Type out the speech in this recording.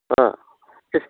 অঁ সে